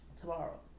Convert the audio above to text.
tomorrow